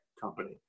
company